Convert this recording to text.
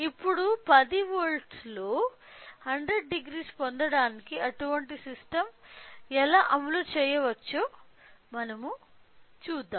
ఇప్పుడు 10 వోల్ట్లతో 1000 పొందడానికి అటువంటి సిస్టం ను ఎలా అమలు చేయవచ్చో చూద్దాం